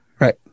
Right